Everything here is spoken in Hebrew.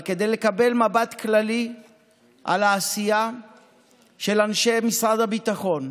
אבל כדי לקבל מבט כללי על העשייה של אנשי משרד הביטחון,